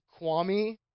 Kwame